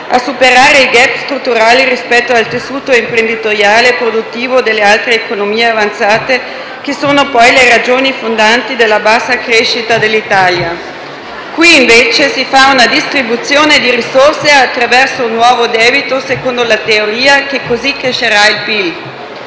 a superare i *gap* strutturali rispetto al tessuto imprenditoriale e produttivo delle altre economie avanzate, che sono poi le ragioni fondanti della bassa crescita dell'Italia. Qui invece si fa una distribuzione di risorse attraverso nuovo debito, secondo la teoria che così crescerà il PIL.